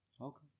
Okay